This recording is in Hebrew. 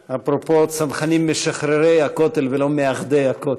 אפרופו, צנחנים משחררי הכותל ולא מאחדי הכותל.